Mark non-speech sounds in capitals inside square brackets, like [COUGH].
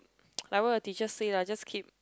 [NOISE] like what your teacher say lah just keep